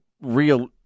real